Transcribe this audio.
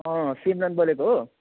सिमरन बोलेको हो